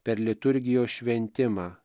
per liturgijos šventimą